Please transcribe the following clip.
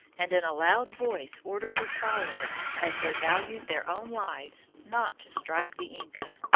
and in a loud voice ordered his followers, as they valued their own lives, not to strike the inca.